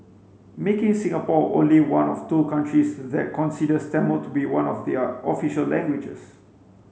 making Singapore only one of two countries that considers Tamil to be one of their official languages